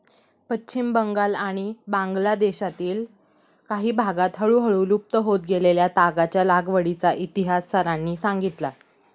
पश्चिम बंगाल आणि बांगलादेशातील काही भागांत हळूहळू लुप्त होत गेलेल्या तागाच्या लागवडीचा इतिहास सरांनी सांगितला